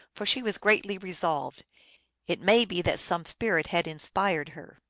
for she was greatly resolved it may be that some spirit had inspired her.